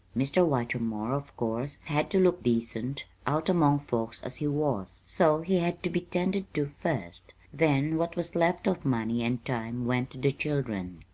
mr. whitermore, of course, had to look decent, out among folks as he was, so he had to be tended to first. then what was left of money and time went to the children.